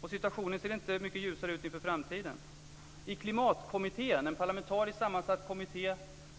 Och situationen ser inte mycket ljusare ut inför framtiden. I Klimatkommittén, en parlamentariskt sammansatt kommitté